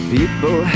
People